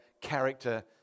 character